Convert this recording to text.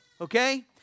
okay